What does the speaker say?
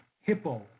hippo